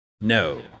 no